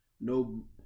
No